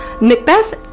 Macbeth